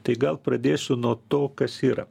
tai gal pradėsiu nuo to kas yra